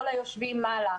כל היושבים למעלה,